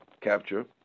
capture